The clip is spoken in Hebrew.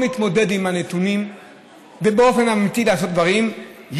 להתמודד עם הנתונים ובאופן אמיתי לעשות דברים,